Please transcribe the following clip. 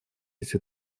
эти